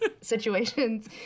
situations